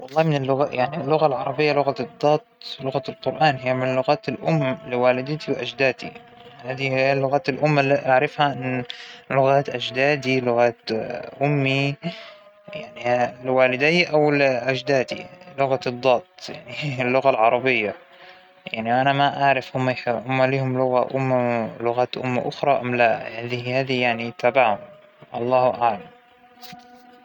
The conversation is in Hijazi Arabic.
لأ أبداً مأنى جيدة أبداً فى الزراعة، وما بفهم فيها على الإطلاق، ولا حتى فكرت إنى أتعلم ما عندى بالبيت أى نبتة نهائى، وااا- ما جت حاولت من قبل إنى أجيب ورد أو- أو أزرع أى شى، لأنى ما بفهم بهاى الشغلات، وأنا مؤمنة إن كل واحد لآزم يكون عنده شى مهارة خاصة فيه.